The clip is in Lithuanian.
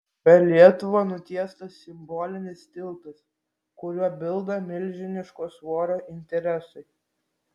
per lietuvą nutiestas simbolinis tiltas kuriuo bilda milžiniško svorio interesai